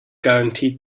guaranteed